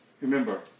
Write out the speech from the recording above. Remember